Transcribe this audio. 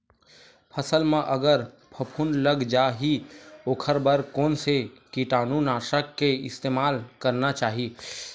फसल म अगर फफूंद लग जा ही ओखर बर कोन से कीटानु नाशक के इस्तेमाल करना चाहि?